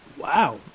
Wow